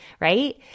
right